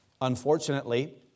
Unfortunately